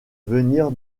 venir